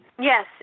Yes